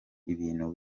ibintu